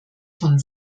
von